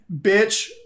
bitch